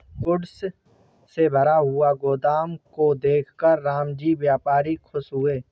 goods से भरा हुआ गोदाम को देखकर रामजी व्यापारी खुश हुए